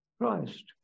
Christ